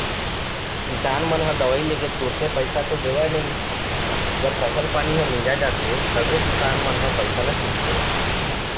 किसान मन ह दवई लेके तुरते पइसा तो देवय नई जब फसल पानी ह मिंजा जाथे तभे किसान मन ह पइसा ल छूटथे